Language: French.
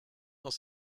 dans